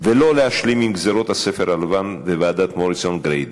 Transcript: ולא להשלים עם גזירות הספר הלבן וועדת מוריסון-גריידי,